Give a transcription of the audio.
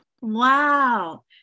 Wow